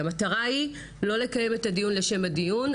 המטרה היא לא לקיים את הדיון לשם הדיון.